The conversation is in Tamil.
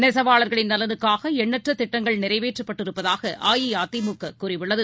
நெசவாளர்களின் நலனுக்காகஎண்ணற்றதிட்டங்கள் நிறைவேற்றப்பட்டிருப்பதாகஅஇஅதிமுககூறியுள்ளது